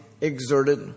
exerted